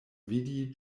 vidi